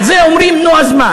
על זה אומרים, נו, אז מה.